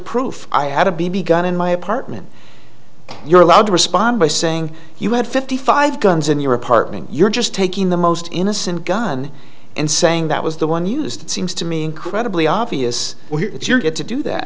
proof i had a b b gun in my apartment you're allowed to respond by saying you had fifty five guns in your apartment you're just taking the most innocent gun and saying that was the one used it seems to me incredibly obvious where it's your get to do that